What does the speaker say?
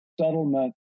settlement